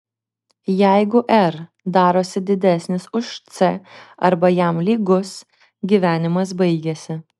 jeigu r darosi didesnis už c arba jam lygus gyvenimas baigiasi